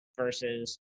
versus